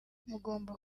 mugomba